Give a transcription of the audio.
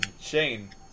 Shane